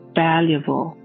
valuable